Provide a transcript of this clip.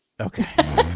Okay